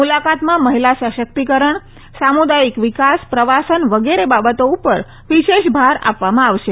મુલાકાતમાં મહિલા સશક્તિકરણ સામુદાયિક વિકાસ પ્રવાસન વગેરે બાબતો પર વિશેષ ભાર આપવામાં આવશે